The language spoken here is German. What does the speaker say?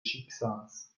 schicksals